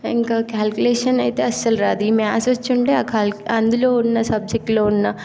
ఇంకా క్యాలిక్యులేషన్ అయితే అసలు రాదు ఈ మ్యాథ్స్ వచ్చి ఉంటే ఆ అందులో ఉన్న సబ్జెక్ట్లో ఉన్న